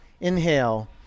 inhale